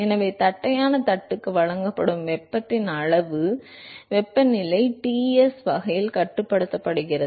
எனவே தட்டையான தட்டுக்கு வழங்கப்படும் வெப்பத்தின் அளவு தட்டையான தட்டின் வெப்பநிலை Ts வெப்பநிலையை பராமரிக்கும் வகையில் கட்டுப்படுத்தப்படுகிறது